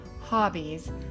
hobbies